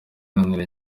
iharanira